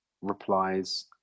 replies